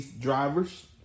drivers